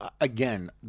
again